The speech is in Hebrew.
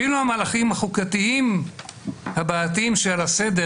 אפילו המהלכים החוקתיים הבעייתיים שעל הסדר